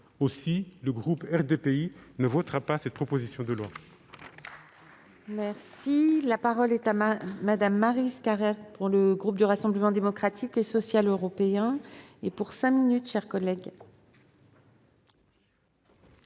Aussi, le groupe RDPI ne votera pas cette proposition de loi.